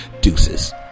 Deuces